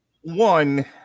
One